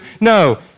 No